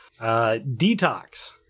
Detox